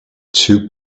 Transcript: two